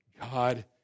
God